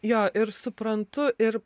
jo ir suprantu ir